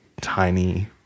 tiny